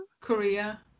Korea